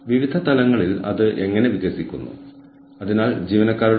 നമ്മൾ വിൽക്കുന്നത് അല്ലെങ്കിൽ സമാനമായ എന്തെങ്കിലും ആരാണ് വിൽക്കുന്നത്